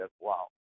wow